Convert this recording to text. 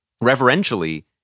reverentially